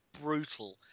brutal